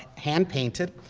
hand-painted,